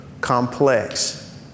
complex